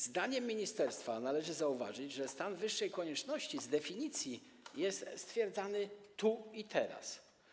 Zdaniem ministerstwa należy zauważyć, że stan wyższej konieczności, z definicji, jest stwierdzany „tu i teraz”